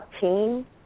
team